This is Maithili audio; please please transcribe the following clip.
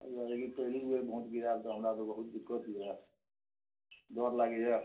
हैया अबरी पहिलुक बेर भोँट गिराएब तऽ हमरा तऽ बहुत दिक्कत यए डर लागैया